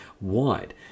wide